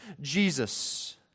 Jesus